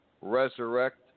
resurrect